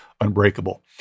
Unbreakable